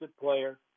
player